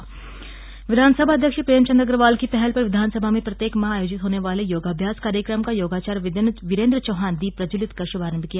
योगाभ्यास कार्यक्रम विधानसभा अध्यक्ष प्रेमचंद अग्रवाल की पहल पर विधानसभा में प्रत्येक माह आयोजित होने वाले योगाभ्यास कार्यक्रम का योगाचार्य वीरेंद्र चौहान दीप प्रज्वलित कर शुभारंभ किया